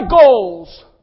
goals